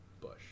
Bush